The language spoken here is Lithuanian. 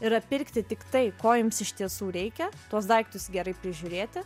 yra pirkti tik tai ko jums iš tiesų reikia tuos daiktus gerai prižiūrėti